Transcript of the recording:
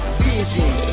vision